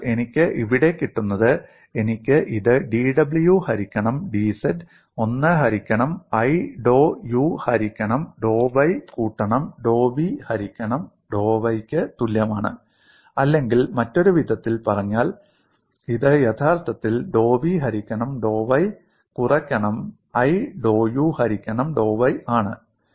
അതിനാൽ എനിക്ക് ഇവിടെ കിട്ടുന്നത് എനിക്ക് ഇത് dw ഹരിക്കണം dz 1 ഹരിക്കണം i ഡോ u ഹരിക്കണം ഡോ y കൂട്ടണം ഡോ v ഹരിക്കണം ഡോ y ക്ക് തുല്യമാണ് അല്ലെങ്കിൽ മറ്റൊരു വിധത്തിൽ പറഞ്ഞാൽ ഇത് യഥാർത്ഥത്തിൽ ഡോ v ഹരിക്കണം ഡോ y കുറക്കണം i ഡോ u ഹരിക്കണം ഡോ y ആണ്